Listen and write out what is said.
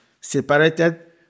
separated